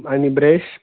आणि ब्रेश